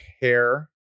hair